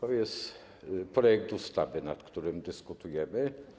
Oto projekt ustawy, nad którym dyskutujemy.